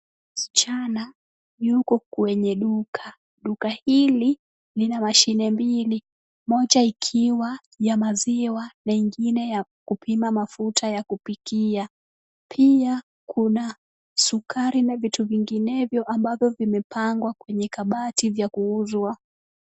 Msichana tuko kwenye duka. Duka hili lina mashini mbili. Moja ikiwa ni ya maziwa na ingine ya kupima mafuta ya kupikia. Pia kuna sukari na vitu vingenevyo ambavyo vimepangwa kwenye kabati vya kuuzwa.